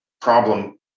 problem